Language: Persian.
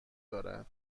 دارد